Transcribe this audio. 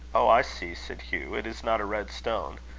oh! i see, said hugh it is not a red stone.